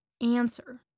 answer